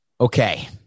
Okay